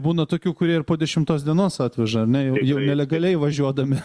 būna tokių kurie ir po dešimtos dienos atveža ar ne jau jau nelegaliai važiuodami